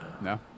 No